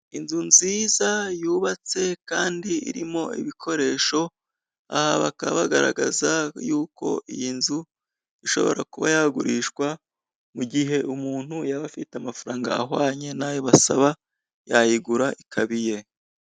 Inzu nziza yubatse kandi irimo ibikoresho, ah bakaba bagaragaza y'uko, iyi nzu ishobora kuba yagurishwa mu gihe umuntu yaba afite amafaranga ahwanye n'ayo basaba yayigura ikaba iye.